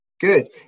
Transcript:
Good